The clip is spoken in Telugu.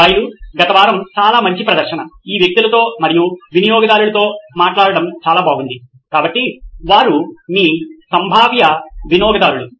అబ్బాయిలు గత వారం చాలా మంచి ప్రదర్శన ఈ వ్యక్తులతో మరియు వినియోగదారులుతో మాట్లాడటం చాలా బాగుంది కాబట్టి వారు మీ సంభావ్య వినియోగదారులు